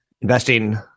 investing